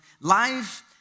Life